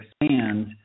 expand